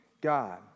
God